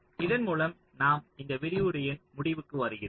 இதன் மூலம் நாம் விரிவுரையின் முடிவுக்கு வருகிறோம்